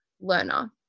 learner